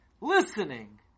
Listening